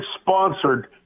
sponsored